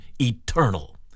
eternal